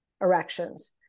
erections